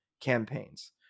campaigns